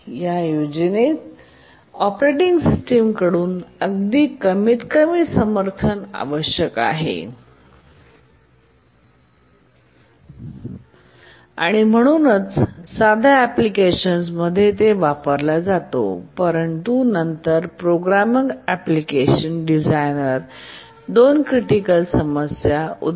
या योजनेस operating system कडून अगदी कमीतकमी समर्थन आवश्यक आहे आणि म्हणूनच साध्या एप्लिकेशन्स मध्ये ते वापरला जातो परंतु नंतर प्रोग्रामर एप्लिकेशन्स डिझायनर दोन क्रिटिकल समस्या उदा